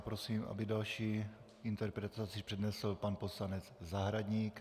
Prosím, aby další interpelaci přednesl pan poslanec Zahradník.